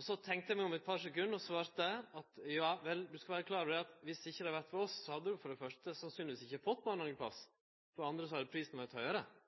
Så tenkte eg meg om eit par sekund og svarte at ja vel, du skal vere klar over at dersom det ikkje hadde vore for oss, hadde du for det første sannsynlegvis ikkje fått